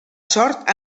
sort